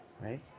Right